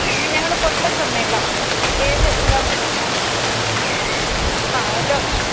എന്നാൽ ഞങ്ങൾ കൊണ്ട് തന്നേക്കാം ഏത് ലൊ ആ ലൊ